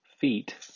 feet